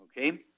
Okay